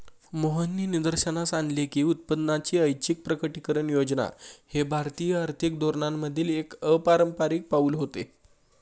मोहननी निदर्शनास आणले की उत्पन्नाची ऐच्छिक प्रकटीकरण योजना हे भारतीय आर्थिक धोरणांमधील एक अपारंपारिक पाऊल होते